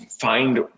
find